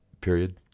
period